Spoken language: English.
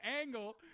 angle